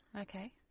Okay